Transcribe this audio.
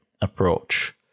approach